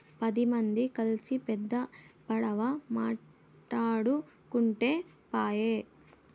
పది మంది కల్సి పెద్ద పడవ మాటాడుకుంటే పాయె